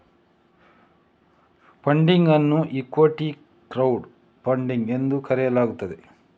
funding ಅನ್ನು equity crowd funding ಎಂದು ಕರೆಯಲಾಗುತ್ತದೆ